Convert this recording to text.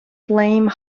flame